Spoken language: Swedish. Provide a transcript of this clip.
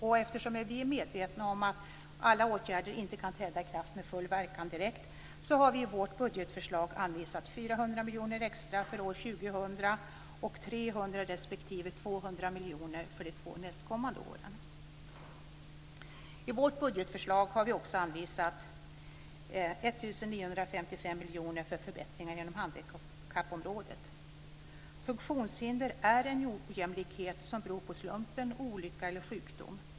Eftersom vi är medvetna om att alla åtgärder inte kan träda i kraft med full verkan direkt, har vi i vårt budgetförslag anvisat 400 miljoner extra för år 2000 och 300 miljoner respektive 200 miljoner för de två nästkommande åren. I vårt budgetförslag har vi också anvisat 1 955 Funktionshinder är en ojämlikhet som beror på slumpen, olycka eller sjukdom.